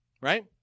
right